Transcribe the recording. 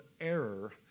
error